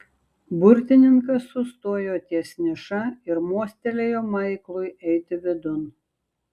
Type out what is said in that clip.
burtininkas sustojo ties niša ir mostelėjo maiklui eiti vidun